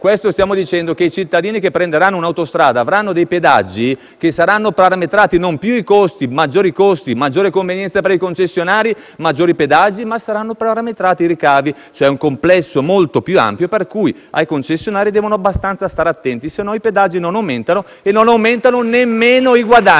Stiamo cioè dicendo che i cittadini che prenderanno un'autostrada avranno dei pedaggi non più parametrati ai costi - maggiori costi, maggiore convenienza per i concessionari, maggiori pedaggi - ma saranno parametrati ai ricavi, cioè a un complesso molto più ampio cui i concessionari dovranno stare attenti, perché se no i pedaggi non aumenteranno e non aumenteranno nemmeno i guadagni.